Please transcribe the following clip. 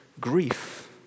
grief